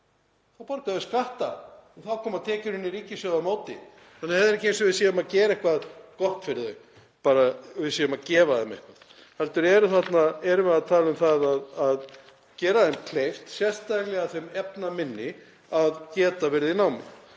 og borga skatta þá koma tekjur inn í ríkissjóð á móti þannig að það er ekki eins og við séum að gera eitthvað gott fyrir þau, við séum að gefa þeim eitthvað. Við erum að tala um að gera þeim kleift, sérstaklega þeim efnaminni, að vera í námi.